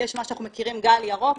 יש מה שאנחנו מכירים גל ירוק.